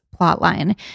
plotline